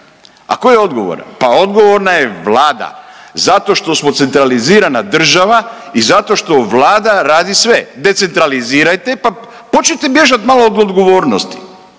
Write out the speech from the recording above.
A tko je odgovoran? Pa odgovorna je Vlada zato što smo centralizirana država i zato što Vlada radi sve. Decentralizirajte pa počnite bježat malo od odgovornosti,